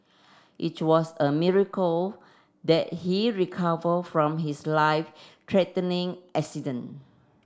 it was a miracle that he recover from his life threatening accident